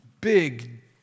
Big